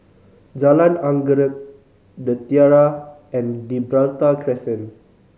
Jalan Anggerek The Tiara and Gibraltar Crescent